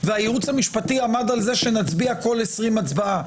והייעוץ המשפטי עמד על זה שנצביע כל 20 הצבעה.